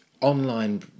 online